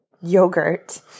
yogurt